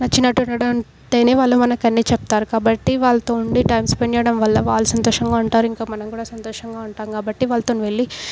నచ్చినట్టు ఉండడం ఉంటేనే వాళ్ళు మనకు అన్నీ చెప్తారు కాబట్టి వాళ్ళతో ఉండే టైం స్పెండ్ చేయడం వల్ల వాళ్ళు సంతోషంగా ఉంటారు ఇంకా మనం కూడా సంతోషంగా ఉంటాము కాబట్టి వాళ్ళతోని వెళ్ళి